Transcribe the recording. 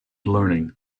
learning